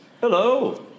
Hello